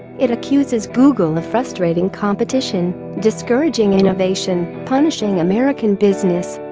it accuses google of frustrating competition, discouraging innovation, punishing american business,